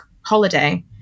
holiday